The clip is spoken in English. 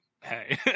hey